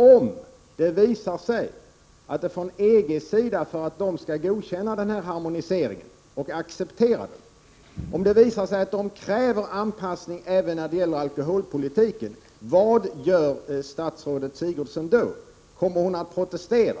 Om det visar sig att EG för att godkänna harmoniseringen och acceptera den kräver anpassning även beträffande alkoholpolitiken, vad gör statsrådet Sigurdsen då? Kommer hon att protestera